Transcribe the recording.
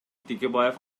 текебаев